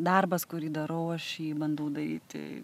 darbas kurį darau aš jį bandau daryti